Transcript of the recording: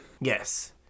Yes